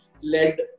led